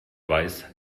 weiß